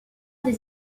des